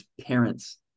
parents